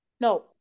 No